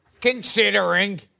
considering